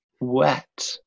wet